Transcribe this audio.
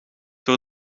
door